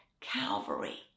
Calvary